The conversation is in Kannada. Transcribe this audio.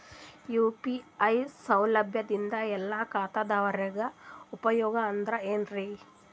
ಯು.ಪಿ.ಐ ಸೌಲಭ್ಯದಿಂದ ಎಲ್ಲಾ ಖಾತಾದಾವರಿಗ ಉಪಯೋಗ ಅದ ಏನ್ರಿ?